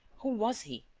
who was he?